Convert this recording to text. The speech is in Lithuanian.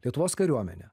lietuvos kariuomenė